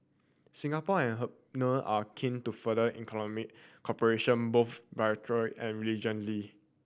Singapore and Hungary are keen to further economic cooperation both bilateral and regionally